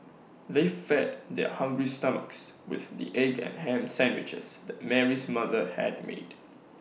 they fed their hungry stomachs with the egg and Ham Sandwiches that Mary's mother had made